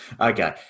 Okay